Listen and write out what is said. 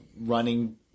running